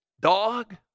dog